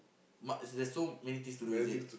ma~ there's so many things to do is it